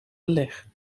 beleg